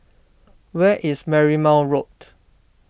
where is Marymount Road